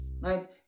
right